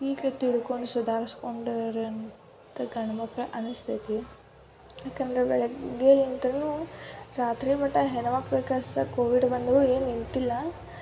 ಈಗ ತಿಳ್ಕೊಂಡು ಸುಧಾರ್ಸ್ಕೊಂಡು ಗಂಡು ಮಕ್ಳು ಅನಿಸ್ತೈತಿ ಯಾಕಂದರೆ ಬೆಳಗ್ಗೆಯಿಂದಲೂ ರಾತ್ರಿ ಮಟ ಹೆಣ್ಮಕ್ಳು ಕೆಲಸ ಕೋವಿಡ್ ಬಂದರೂ ಏನೂ ನಿಂತಿಲ್ಲ